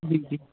جی جی